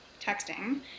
texting